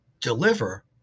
deliver